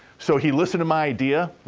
so, he listened to my idea.